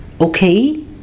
okay